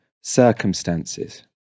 circumstances